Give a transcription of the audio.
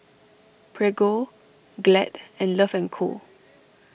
Prego Glad and Love and Co